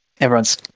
Everyone's